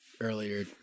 earlier